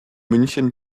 münchen